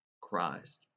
Christ